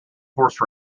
horse